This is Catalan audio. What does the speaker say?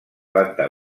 planta